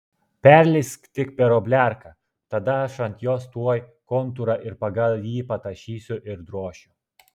perleisk tik per obliarką tada aš ant jos tuoj kontūrą ir pagal jį patašysiu ir drošiu